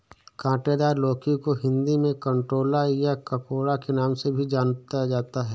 काँटेदार लौकी को हिंदी में कंटोला या ककोड़ा के नाम से भी जाना जाता है